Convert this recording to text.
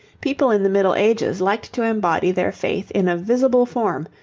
people in the middle ages liked to embody their faith in a visible form,